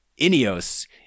Ineos